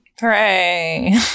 hooray